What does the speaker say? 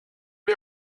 die